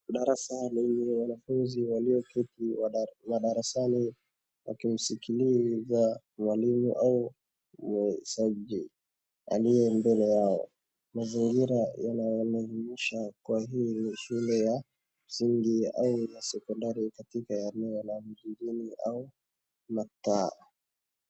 Darasa lenye wanafunzi walioketi wa darasani wakimsikiliza mwalimu au muingizaji aliye mbele yao. Mazingira yanaonanisha kuwa hii ni shule ya msingi au ya sekondari katika eneo la jijini au mtaa.